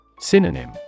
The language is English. Synonym